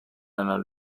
einer